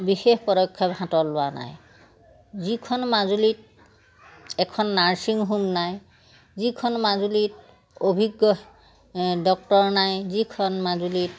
বিশেষ পদক্ষেপ হাতত লোৱা নাই যিখন মাজুলীত এখন নাৰ্ছিং হোম নাই যিখন মাজুলীত অভিজ্ঞ ডক্তৰ নাই যিখন মাজুলীত